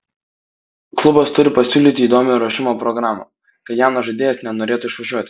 klubas turi pasiūlyti įdomią ruošimo programą kad jaunas žaidėjas nenorėtų išvažiuoti